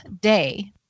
day